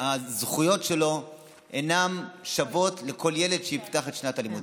והזכויות אינן שוות לכל ילד שיפתח את שנת הלימודים.